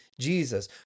Jesus